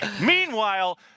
Meanwhile